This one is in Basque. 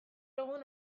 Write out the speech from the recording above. egun